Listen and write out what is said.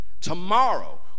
Tomorrow